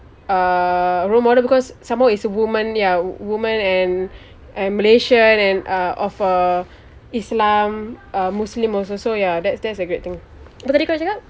uh role model because some more is a woman ya women and and malaysian and uh of a islam uh muslim also so ya that's that's a great thing apa tadi kau nak cakap